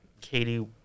Katie